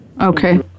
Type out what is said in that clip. Okay